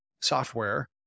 software